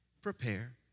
prepare